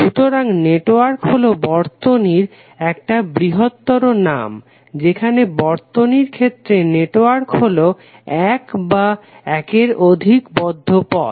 সুতরাং নেটওয়ার্ক হলো বর্তনীর একটা বৃহত্তর নাম যেখানে বর্তনীর ক্ষেত্রে নেটওয়ার্ক হলো এক বা একের অধিক বদ্ধ পথ